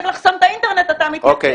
אתה רוצה לסגור את הפה לכולם.